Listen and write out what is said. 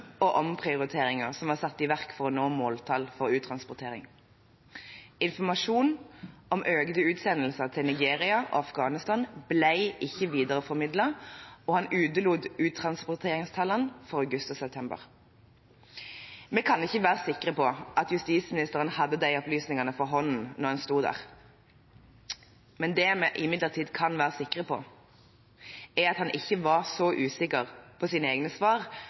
og omprioriteringer som var satt i verk for å nå måltallet for uttransportering. Informasjon om økt antall utsendelser til Nigeria og Afghanistan ble ikke videreformidlet, og han utelot uttransporteringstallene for august og september. Vi kan ikke være sikre på at justisministeren hadde disse opplysningene for hånden da han sto der. Det vi imidlertid kan være sikre på, er at han ikke var så usikker på sine egne svar